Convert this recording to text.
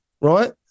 right